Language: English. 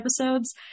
episodes